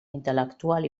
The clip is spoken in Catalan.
intel·lectual